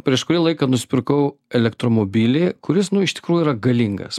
prieš kurį laiką nusipirkau elektromobilį kuris iš tikrųjų yra galingas